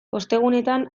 ostegunetan